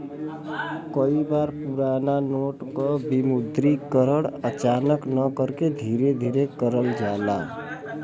कई बार पुराना नोट क विमुद्रीकरण अचानक न करके धीरे धीरे करल जाला